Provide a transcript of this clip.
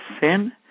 sin